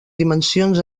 dimensions